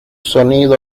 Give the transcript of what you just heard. sonido